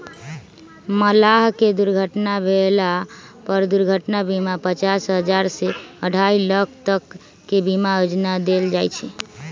मलाह के दुर्घटना भेला पर दुर्घटना बीमा पचास हजार से अढ़ाई लाख तक के बीमा योजना देल जाय छै